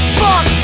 fuck